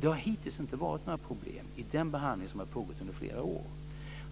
Det har hittills inte varit några problem i den behandling som har pågått under flera år.